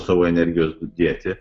savo energijos dėti